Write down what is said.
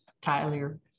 Tyler